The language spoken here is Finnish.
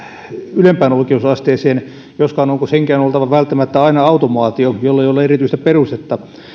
ylempään oikeusasteeseen joskaan onko senkään oltava välttämättä aina automaatio jollei ole erityistä perustetta